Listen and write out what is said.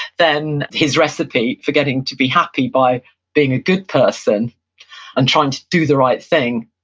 then his recipe for getting to be happy by being a good person and trying to do the right thing,